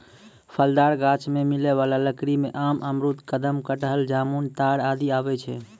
फलदार गाछ सें मिलै वाला लकड़ी में आम, अमरूद, कदम, कटहल, जामुन, ताड़ आदि आवै छै